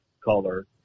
color